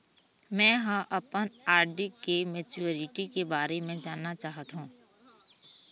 में ह अपन आर.डी के मैच्युरिटी के बारे में जानना चाहथों